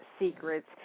Secrets